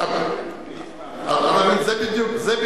אני לא יודע, אני הסכמתי.